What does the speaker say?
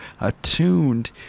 attuned